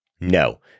No